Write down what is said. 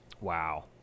Wow